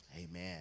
Amen